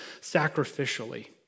sacrificially